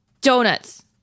donuts